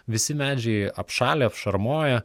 visi medžiai apšalę apšarmoję